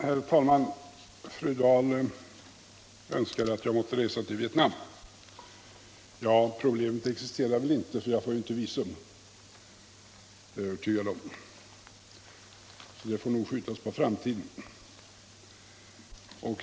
Herr talman! Fru Dahl önskar att jag måtte resa till Vietnam. Ja, problemet existerar väl inte för jag får inte visum, det är jag övertygad om. Så det får nog skjutas på framtiden.